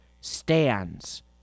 stands